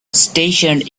stationed